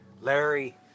Larry